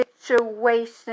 situation